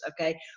okay